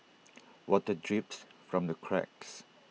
water drips from the cracks